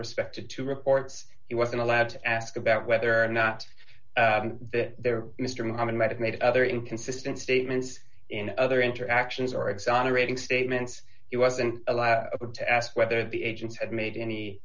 respect to two reports he wasn't allowed to ask about whether or not there mr muhammad might have made other inconsistent statements in other interactions or exonerating statements he wasn't allowed to ask whether the agents had made any